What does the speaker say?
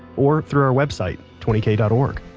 or through our website, twenty k dot org.